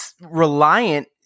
reliant